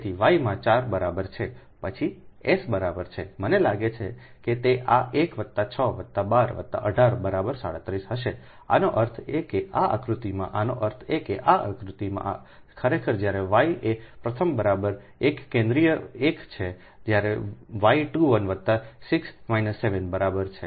તેથી y માં 4 બરાબર છે પછી S બરાબર છે મને લાગે છે કે તે 1 વત્તા 6 વત્તા 12 વત્તા 18 બરાબર 37 હશેઆનો અર્થ એ કે આ આકૃતિમાંઆનો અર્થ એ કે આ આકૃતિમાં ખરેખર જ્યારે y એ 1 પ્રથમ બરાબર 1 કેન્દ્રિય 1 છે જ્યારે વાય 2 1 વત્તા 6 7 બરાબર છે